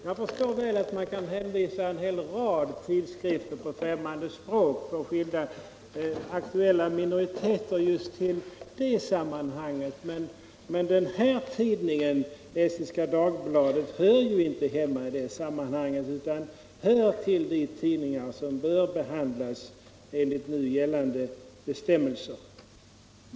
Jag förstår väl att man kan hänvisa en hel rad tidskrifter på främmande språk för skilda minoriteter dit. Men Estniska Dagbladet hör ju inte hemma där utan den hör till de tidningar som bör behandlas enligt nu gällande bestämmelser.